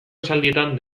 esaldietan